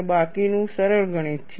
અને બાકીનું સરળ ગણિત છે